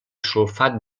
sulfat